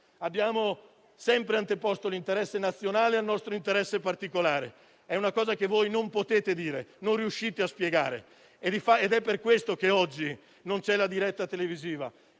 Abbiamo sempre anteposto l'interesse nazionale al nostro interesse particolare: è una cosa che voi non potete dire e non riuscite a spiegare. È per questo che oggi non c'è la diretta televisiva.